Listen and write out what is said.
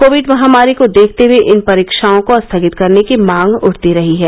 Covid महामारी को देखते हए इन परीक्षाओं को स्थगित करने की मांग उठती रही है